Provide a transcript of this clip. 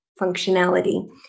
functionality